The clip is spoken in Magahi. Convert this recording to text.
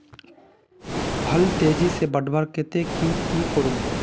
फल तेजी से बढ़वार केते की की करूम?